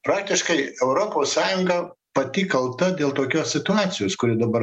praktiškai europos sąjunga pati kalta dėl tokios situacijos kuri dabar